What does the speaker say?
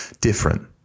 different